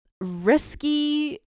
risky